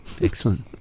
excellent